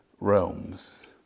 realms